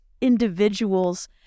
individuals